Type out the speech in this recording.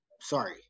sorry